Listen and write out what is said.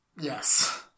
Yes